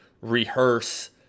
rehearse